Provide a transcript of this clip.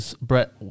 Brett